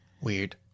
weird